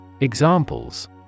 Examples